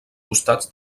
costats